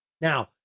Now